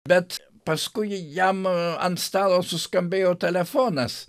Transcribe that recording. bet paskui jam ant stalo suskambėjo telefonas